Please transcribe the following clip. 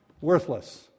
worthless